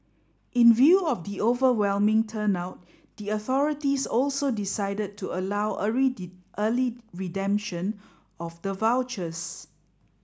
in view of the overwhelming turnout the authorities also decided to allow early redemption of the vouchers